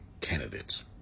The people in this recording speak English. candidates